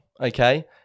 okay